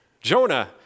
Jonah